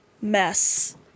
mess